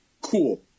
Cool